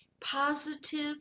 positive